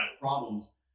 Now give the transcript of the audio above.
problems